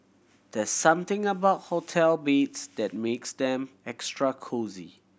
there something about hotel beds that makes them extra cosy